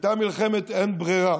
שהייתה מלחמת אין ברירה